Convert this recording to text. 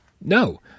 No